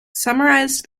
summarized